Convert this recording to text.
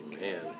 Man